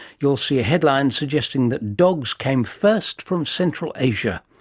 you'll see a headline suggesting that dogs came first from central asia.